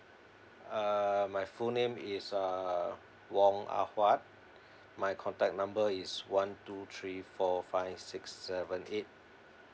uh my full name is uh wong ah huat my contact number is one two three four five six seven eight